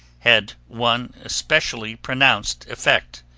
had one especially pronounced effect